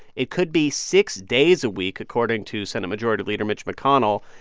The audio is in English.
it could be six days a week, according to senate majority leader mitch mcconnell.